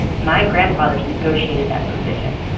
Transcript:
my grandfathers negotiated that provision.